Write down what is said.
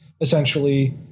essentially